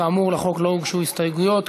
כאמור, לחוק לא הוגשו הסתייגויות.